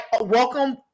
welcome